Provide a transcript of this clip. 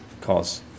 cause